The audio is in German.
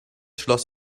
schloss